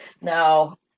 Now